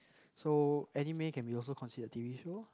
so anime can be also considered t_v show